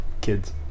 kids